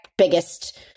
Biggest